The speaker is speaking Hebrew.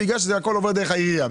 כי הכול עובר דרך העירייה.